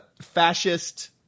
Fascist